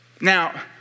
Now